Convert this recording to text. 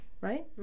Right